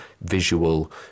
visual